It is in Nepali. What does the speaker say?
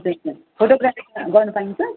फोटो ग्राफी गर्नु पाइन्छ